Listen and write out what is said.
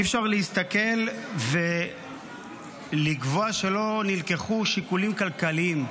אי-אפשר להסתכל ולקבוע שלא נלקחו שיקולים כלכליים.